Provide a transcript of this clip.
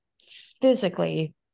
physically